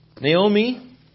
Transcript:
Naomi